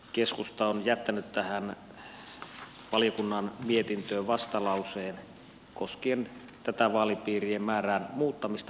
keskusta on jättänyt tähän valiokunnan mietintöön vastalauseen koskien vaalipiirien määrän muuttamista perustuslakiin